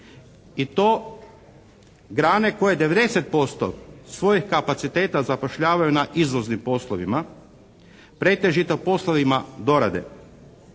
i to grane koje 90% svojeg kapaciteta zapošljavaju na izvoznim poslovima, pretežito poslovima dorade.